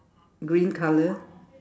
green color